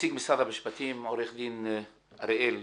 נציג משרד המשפטים, עו"ד אריאל צבי.